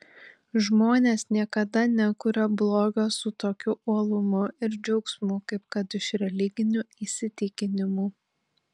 žmonės niekada nekuria blogio su tokiu uolumu ir džiaugsmu kaip kad iš religinių įsitikinimų